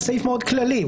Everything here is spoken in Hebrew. זה סעיף מאוד כללי.